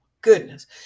Goodness